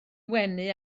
wenu